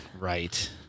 Right